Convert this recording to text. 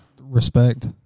respect